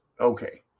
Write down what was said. okay